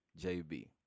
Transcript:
JB